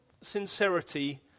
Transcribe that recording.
sincerity